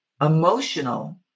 emotional